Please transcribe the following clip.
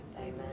amen